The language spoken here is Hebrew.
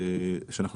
שאנחנו